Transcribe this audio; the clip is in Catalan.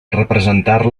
representar